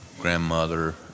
grandmother